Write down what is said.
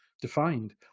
defined